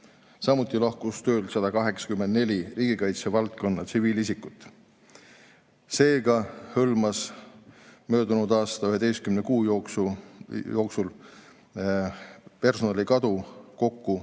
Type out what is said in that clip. Samuti lahkus töölt 184 riigikaitse valdkonnas töötanud tsiviilisikut. Seega oli möödunud aasta 11 kuu jooksul personalikadu kokku